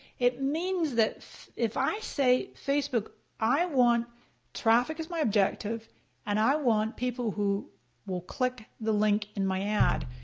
it means that if i say facebook i want traffic as my objective and i want people who will click the link in my ad,